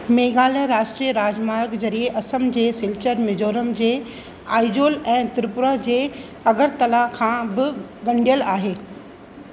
मेघालय राष्ट्रीय राॼमार्ग ज़रिए असम जे सिल्चर मिजोरम जे आइजोल ऐं त्रिपुरा जे अगरतला खां बि ॻंढ़ियलु आहे